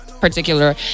particular